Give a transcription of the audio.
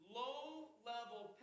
low-level